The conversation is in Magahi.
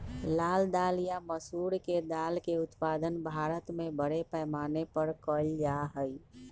लाल दाल या मसूर के दाल के उत्पादन भारत में बड़े पैमाने पर कइल जा हई